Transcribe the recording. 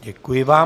Děkuji vám.